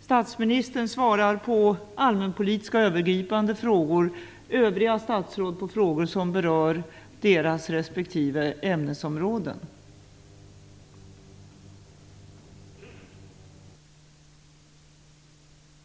Statsministern svarar på allmänpolitiska och övergripande frågor, övriga statsråd på frågor som berör deras respektive ämnesområden.